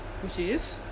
which is